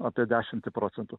apie dešimtį procentų